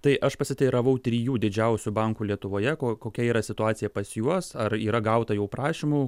tai aš pasiteiravau trijų didžiausių bankų lietuvoje ko kokia yra situacija pas juos ar yra gauta jau prašymų